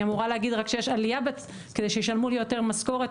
אני אמורה להגיד שיש עלייה כדי שישלמו לי יותר משכורת,